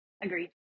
Agreed